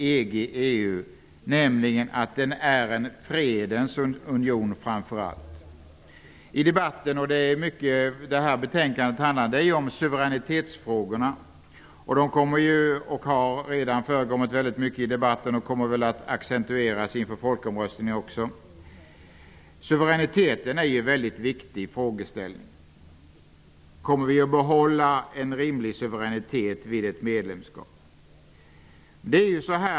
EU är framför allt en fredens union. En stor del av det här betänkandet handlar om suveränitetsfrågorna. De har redan förekommit mycket i debatten, och den debatten kommer väl att accentueras inför folkomröstningen. Frågan om suveräniteten är viktig. Kommer vi att behålla ett rimligt mått av suveränitet vid ett medlemskap?